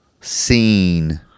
seen